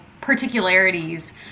particularities